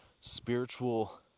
spiritual